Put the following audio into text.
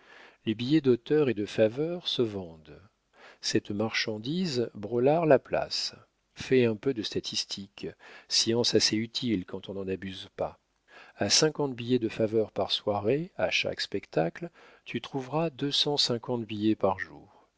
les billets d'auteur et de faveur se vendent cette marchandise braulard la place fais un peu de statistique science assez utile quand on n'en abuse pas a cinquante billets de faveur par soirée à chaque spectacle tu trouveras deux cent cinquante billets par jour